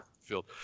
field